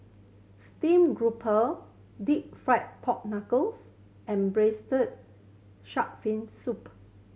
stream grouper deep fried pork knuckles and Braised Shark Fin Soup